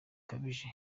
nibajije